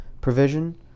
provision